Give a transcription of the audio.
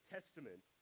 Testament